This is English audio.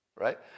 right